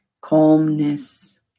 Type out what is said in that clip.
calmness